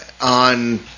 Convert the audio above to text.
on